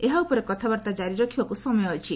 ଏହା ଉପରେ କଥାବାର୍ତ୍ତା ଜାରି ରଖିବାକୁ ସମୟ ଅଛି